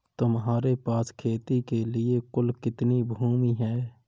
तुम्हारे पास खेती के लिए कुल कितनी भूमि है?